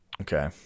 Okay